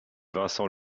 vincent